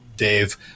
Dave